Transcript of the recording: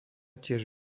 tiež